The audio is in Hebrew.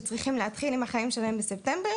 שצריכים להתחיל עם החיים שלהם בספטמבר,